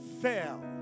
fail